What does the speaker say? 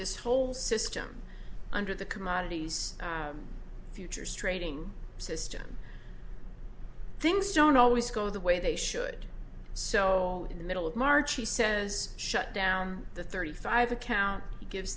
this whole system under the commodities futures trading system things don't always go the way they should so in the middle of march he says shut down the thirty five account he gives